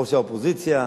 ראש האופוזיציה,